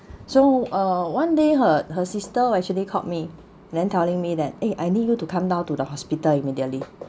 so uh one day her her sister actually called me and then telling me that eh I need you to come down to the hospital immediately